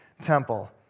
temple